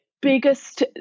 biggest